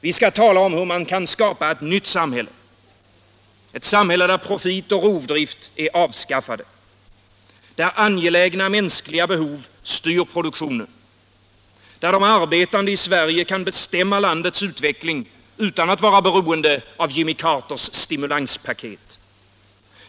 Vi skall tala om hur man kan skapa ett nytt samhälle. Ett samhälle där profit och rovdrift är avskaffade. Där angelägna mänskliga behov styr produktionen. Där de arbetande i Sverige kan bestämma landets utveckling utan att vara beroende av Jimmy Carters stimulanspaket.